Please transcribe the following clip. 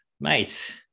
mate